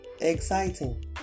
exciting